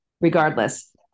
regardless